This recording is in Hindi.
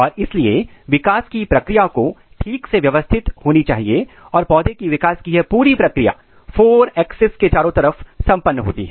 और इसलिए विकास की प्रक्रिया को ठीक से व्यवस्थित होनी चाहिए और पौधे के विकास की यह पूरी प्रक्रिया 4 एक्सेस के चारों तरफ संपन्न होती है